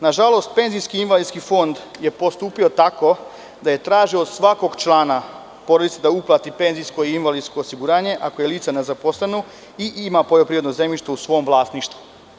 Nažalost, Penzijsko-invalidski fond je postupio tako da je tražio od svakog člana porodice da uplati penzijsko i invalidsko osiguranje ako je lice nezaposleno i ima poljoprivredno zemljište u svom vlasništvu.